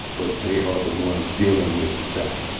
but they are the ones dealing with the child